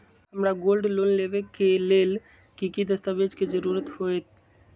हमरा gold loan लेबे के लेल कि कि दस्ताबेज के जरूरत होयेत?